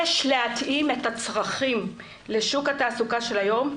יש להתאים את הצרכים לשוק התעסוקה של היום.